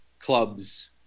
clubs